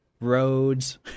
roads